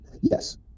yes